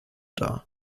dar